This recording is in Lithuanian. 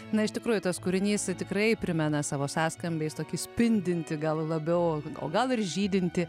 na iš tikrųjų tas kūrinys tikrai primena savo sąskambiais tokį spindintį gal labiau o gal ir žydintį